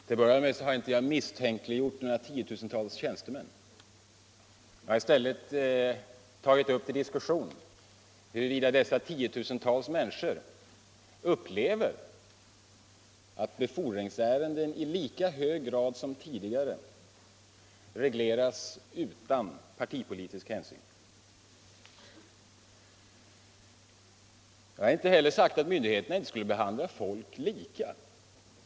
Herr talman! Jag har inte misstänkliggjort tiotusentals tjänstemän; jag har i stället tagit upp till diskussion huruvida dessa tiotusentals människor upplever det som om befordringsärenden i lika hög grad som tidigare. regleras utan partipolitiska hänsyn. Jag har inte heller sagt att myndigheterna inte behandlar människor lika.